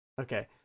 Okay